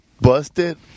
busted